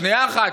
שנייה אחת.